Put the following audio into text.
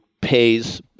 pays